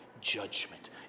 judgment